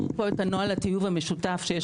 הזכירו פה את הנוהל הטיוב המשותף שיש